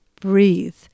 breathe